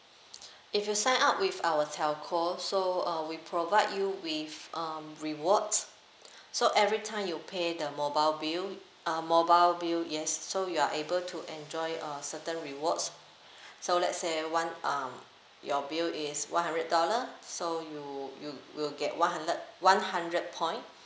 if you sign up with our telco so uh we provide you with um rewards so every time you pay the mobile bill uh mobile bill yes so you are able to enjoy a certain rewards so let's say one um your bill is one hundred dollar so you you will get one hundred one hundred point